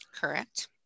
Correct